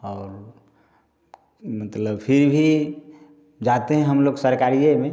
और मतलब फिर भी जाते हैं हम लोग सरकरिए में